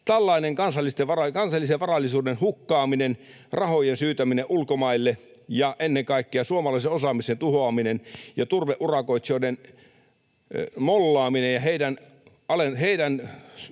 Tällainen kansallisen varallisuuden hukkaaminen, rahojen syytäminen ulkomaille ja ennen kaikkea suomalaisen osaamisen tuhoaminen ja turveurakoitsijoiden mollaaminen ja heidän, minun